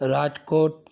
Rajkot